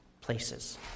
places